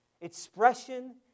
expression